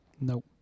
No